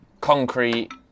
concrete